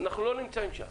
אנחנו לא נמצאים שם,